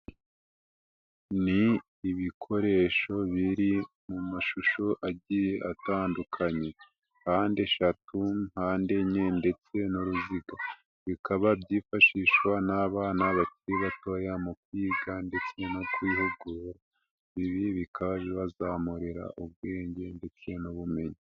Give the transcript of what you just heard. Ni ibikoresho biri mu mashusho agiye atandukanye. Mpande eshatu, mpande enye, ndetse n'uruziga, bikaba byifashishwa n'abana bakiri batoya mu kwiga, ndetse no kwihugura ibi bikaba bibazamurira ubwenge ndetse n'ubumenyi.